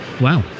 Wow